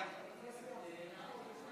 הרווחה והבריאות נתקבלה.